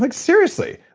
like seriously,